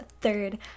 third